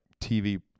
TV